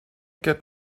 get